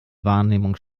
wahrnehmung